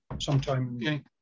sometime